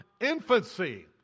infancy